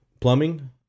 plumbing